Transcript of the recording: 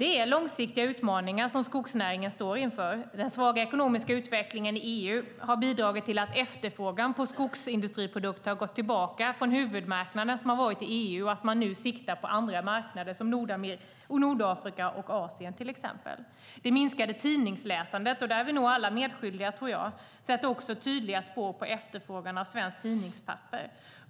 står inför långsiktiga utmaningar. Den svaga ekonomiska utvecklingen i EU har bidragit till att efterfrågan på skogsindustriprodukter har minskat inom huvudmarknaden EU. Nu siktar man på andra marknader, till exempel Nordamerika, Nordafrika och Asien. Det minskade tidningsläsandet - här är vi nog alla medskyldiga - sätter också tydliga spår i efterfrågan av svenskt tidningspapper.